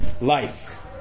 life